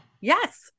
Yes